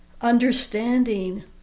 understanding